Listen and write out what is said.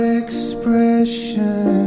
expression